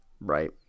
right